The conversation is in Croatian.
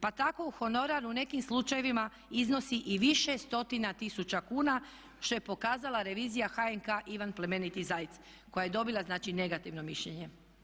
Pa tako honorar u nekim slučajevima iznosi i više stotina tisuća kuna što je pokazala revizija HNK Ivan Plemeniti Zajc koja je dobila znači negativno mišljenje.